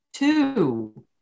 two